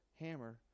hammer